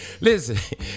Listen